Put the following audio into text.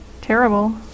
terrible